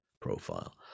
profile